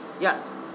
Yes